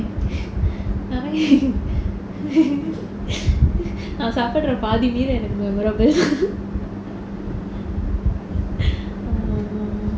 நான் சாப்பிட்ர பாதி:naan saappidra paathi meal எனக்கு:enakku memorable